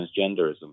transgenderism